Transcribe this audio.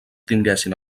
tinguessin